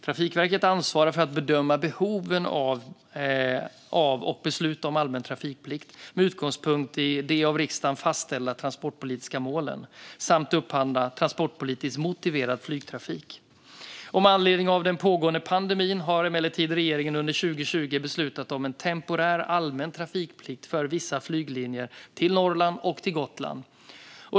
Trafikverket ansvarar för att bedöma behoven av och besluta om allmän trafikplikt, med utgångspunkt i de av riksdagen fastställda transportpolitiska målen, samt upphandla transportpolitiskt motiverad flygtrafik. Med anledning av den pågående pandemin har emellertid regeringen under 2020 beslutat om en temporär allmän trafikplikt för vissa flyglinjer till Norrland och till Gotland.